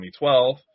2012